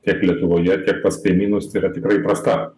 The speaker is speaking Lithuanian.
tiek lietuvoje tiek pas kaimynus tai yra tikrai prasta